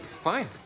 Fine